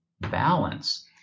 balance